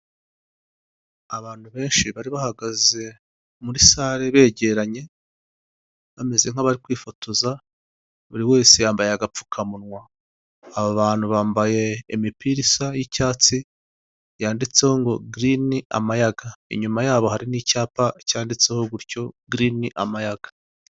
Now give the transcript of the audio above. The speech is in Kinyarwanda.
Abantu benshi bari bahagaze muri sare begeranye bameze nk'abari kwifotoza buri wese yambaye agapfukamunwa, aba bantu bambaye imipira isa n'icyatsi yanditseho ngo girini amayaga inyuma yabo hari n'icyapa cyanditse gutyo girini amayaga.